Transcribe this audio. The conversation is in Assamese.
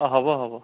অঁ হ'ব হ'ব